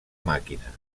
màquina